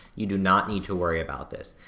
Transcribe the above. you do not need to worry about this.